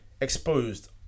Exposed